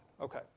Okay